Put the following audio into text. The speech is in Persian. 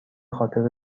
خاطر